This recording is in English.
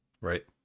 Right